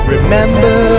Remember